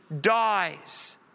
dies